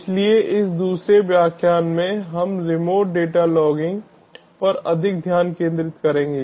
इसलिए इस दूसरे व्याख्यान में हम रिमोट डेटा लॉगिंग पर अधिक ध्यान केंद्रित करेंगे